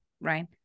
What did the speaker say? right